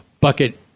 Bucket